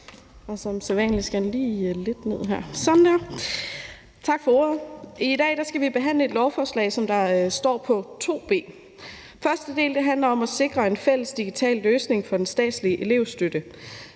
14:42 (Ordfører) Sara Emil Baaring (S): Tak for ordet. I dag skal vi behandle et lovforslag, som står på to ben. Første del handler om at sikre en fælles digital løsning for den statslige elevstøtte.